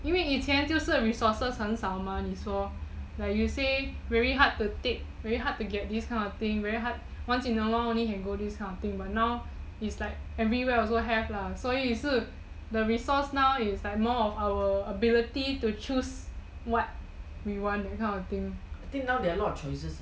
应为以前就是 resources 很少吗你说 like you say very hard to take very hard to get this kind of thing very hard once in a while can only go this kind of thing but now it's like everywhere also have lah 所以是 the resource now is more of our ability to choose what we want that kind of thing